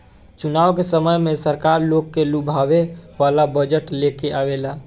चुनाव के समय में सरकार लोग के लुभावे वाला बजट लेके आवेला